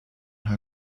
her